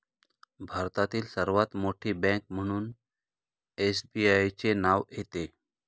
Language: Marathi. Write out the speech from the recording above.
भारतातील सर्वात मोठी बँक म्हणून एसबीआयचे नाव येते